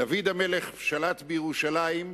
דוד המלך שלט בירושלים,